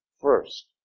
first